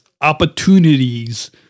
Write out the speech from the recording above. opportunities